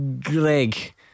Greg